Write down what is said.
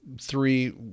three